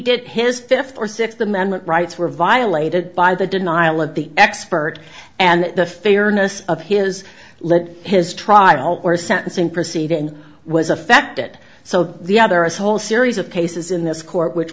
did his fifth or sixth amendment rights were violated by the denial of the expert and the fairness of his lead his trial or sentencing proceeding was affected so the other a whole series of cases in this court which